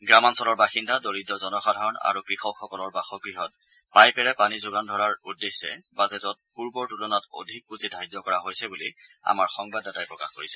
গ্ৰামাঞ্চলৰ বাসিন্দা দৰিদ্ৰ জনসাধাৰণ আৰু কৃষকসকলৰ বাসগৃহত পাইপেৰে পানী যোগান ধৰা উদ্দেশ্যে বাজেটত পূৰ্বাৰ তুলনাত অধিক পূঁজা ধাৰ্য কৰা হৈছে বুলি আমাৰ সংবাদদাতাই প্ৰকাশ কৰিছে